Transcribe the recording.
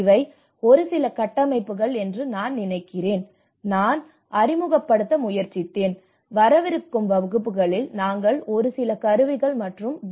இவை ஒரு சில கட்டமைப்புகள் என்று நான் நினைக்கிறேன் நான் அறிமுகப்படுத்த முயற்சித்தேன் வரவிருக்கும் வகுப்பில் நாங்கள் ஒரு சில கருவிகள் மற்றும் டி